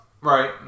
Right